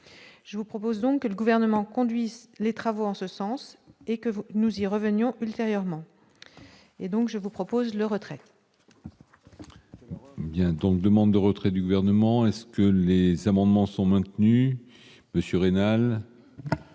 je vous propose donc que le gouvernement conduit les travaux en ce sens et que vous nous y revenions ultérieurement, et donc je vous propose le retrait. Bien donc demande de retrait du gouvernement est-ce que les amendements sont maintenues, monsieur rénale.